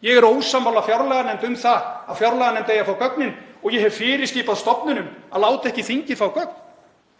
Ég er ósammála fjárlaganefnd um það að fjárlaganefnd eigi að fá gögnin og ég hef fyrirskipað stofnunum að láta ekki þingið fá gögn?